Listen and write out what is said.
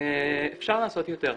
אפשר לעשות יותר.